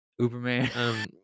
Uberman